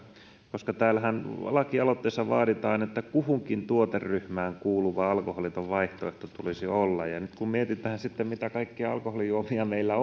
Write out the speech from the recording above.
koska täällähän lakialoitteessa vaaditaan että kuhunkin tuoteryhmään kuuluva alkoholiton vaihtoehto tulisi olla nyt kun mietitään sitten mitä kaikkia alkoholijuomia meillä